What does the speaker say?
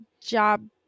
Job